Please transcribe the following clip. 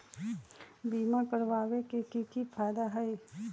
बीमा करबाबे के कि कि फायदा हई?